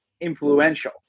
influential